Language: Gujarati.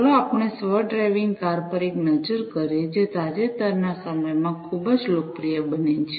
ચાલો આપણે સ્વ ડ્રાઇવિંગ કાર પર એક નજર કરીએ જે તાજેતરના સમયમાં ખૂબ જ લોકપ્રિય બની છે